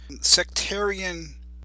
sectarian